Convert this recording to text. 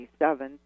1987